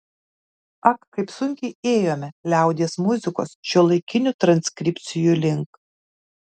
ak kaip sunkiai ėjome liaudies muzikos šiuolaikinių transkripcijų link